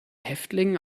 häftling